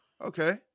okay